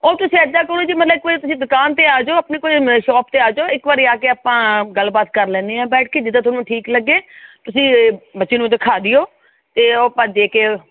ਉਹ ਤੁਸੀਂ ਇੱਦਾਂ ਕਰੋ ਜੀ ਮਤਲਬ ਇੱਕ ਵਾਰੀ ਤੁਸੀਂ ਦੁਕਾਨ 'ਤੇ ਆ ਜੋ ਆਪਣੇ ਕੋਲ ਸ਼ੋਪ 'ਤੇ ਆ ਜੋ ਇੱਕ ਵਾਰੀ ਆ ਕੇ ਆਪਾਂ ਗੱਲਬਾਤ ਕਰ ਲੈਦੇ ਹਾਂ ਬੈਠ ਕੇ ਜਿੱਦਾਂ ਤੁਹਾਨੂੰ ਠੀਕ ਲੱਗੇ ਤੁਸੀਂ ਬੱਚੇ ਨੂੰ ਦਿਖਾ ਦਿਓ ਅਤੇ ਉਹ ਆਪਾਂ ਦੇ ਕੇ